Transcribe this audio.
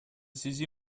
связи